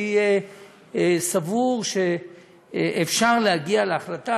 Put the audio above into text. אני סבור שאפשר להגיע להחלטה,